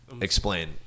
explain